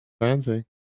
fancy